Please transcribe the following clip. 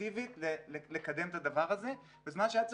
אפקטיבית לקדם את הדבר הזה בזמן שהיה צריך,